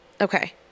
okay